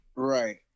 Right